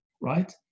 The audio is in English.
right